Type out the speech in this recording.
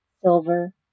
silver